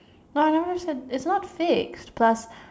uh it's a it's not six plus